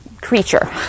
creature